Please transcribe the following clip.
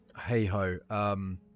hey-ho